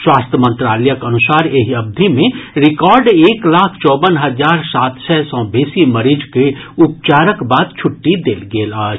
स्वास्थ्य मंत्रालयक अनुसार एहि अवधि मे रिकॉर्ड एक लाख चौवन हजार सात सय सँ बेसी मरीज के उपचारक बाद छुट्टी देल गेल अछि